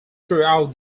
throughout